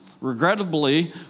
regrettably